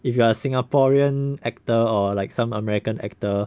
if you are singaporean actor or like some american actor